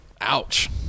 Ouch